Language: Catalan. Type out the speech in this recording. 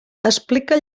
explica